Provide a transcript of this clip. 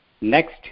next